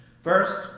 First